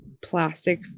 plastic